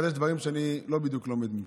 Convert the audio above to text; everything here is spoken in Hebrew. אבל יש דברים שאני לא בדיוק לומד ממך.